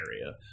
area